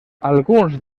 alguns